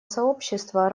сообщества